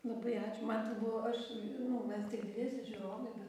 labai ačiū man tai buvo aš nu mes tik dviese žiūrovai bet